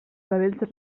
vedells